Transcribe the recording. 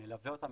הוא מלווה אותם,